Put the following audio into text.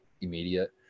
immediate